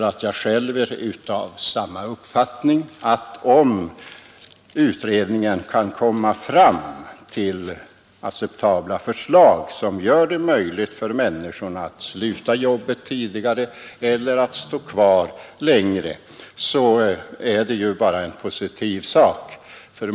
Jag är själv av den uppfattningen att om utredningen kan komma fram till acceptabla förslag, som gör det möjligt för människorna att sluta jobbet tidigare eller stå kvar längre, är det enbart något positivt.